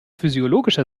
physiologischer